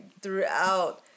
throughout